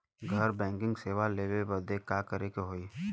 घर बैकिंग सेवा लेवे बदे का करे के होई?